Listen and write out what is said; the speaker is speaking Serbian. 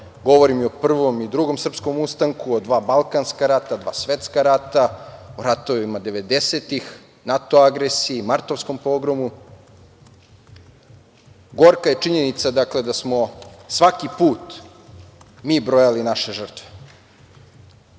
govorim i o Prvom i Drugom srpskom ustanku, o dva Balkanska rata, dva Svetska rata, o ratovima devedesetih godina, NATO agresiji, martovskom pogromu. Gorka je činjenica, dakle, da smo svaki put mi brojali naše žrtve. Nekako